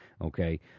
okay